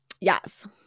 yes